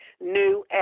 new